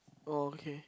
oh okay